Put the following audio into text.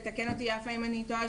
ותתקן אותי יפה אם אני טועה,